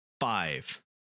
Five